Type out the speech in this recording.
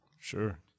Sure